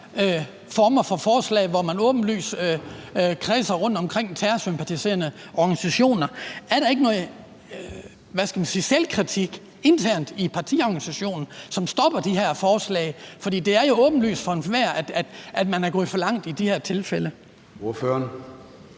former for forslag, hvor man åbenlyst kredser rundt omkring terrorsympatiserende organisationer? Er der ikke noget, hvad skal man sige, selvkritik internt i partiorganisationen, som stopper de her forslag? For det er jo åbenlyst for enhver, at man er gået for langt i det her tilfælde. Kl.